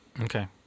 okay